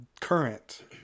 current